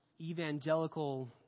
evangelical